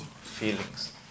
feelings